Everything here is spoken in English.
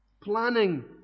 planning